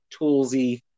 toolsy